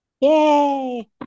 Yay